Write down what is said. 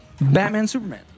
Batman-Superman